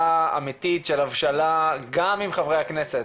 אמיתית של הבשלה גם עם חברי הכנסת,